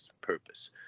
purpose